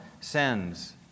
sends